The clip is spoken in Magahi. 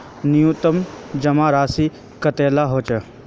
न्यूनतम जमा राशि कतेला होचे?